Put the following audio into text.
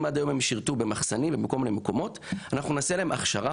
אם עד היום הם שירתו במחסנים ובכל מיני מקומות אנחנו נעשה להם הכשרה,